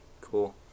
cool